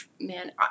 man